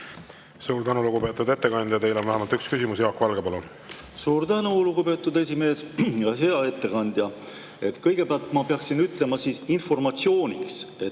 Suur tänu, lugupeetud ettekandja! Teile on vähemalt üks küsimus. Jaak Valge, palun! Suur tänu, lugupeetud esimees! Hea ettekandja! Kõigepealt ma peaksin ütlema informatsiooniks,